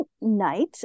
night